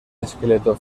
esqueleto